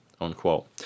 unquote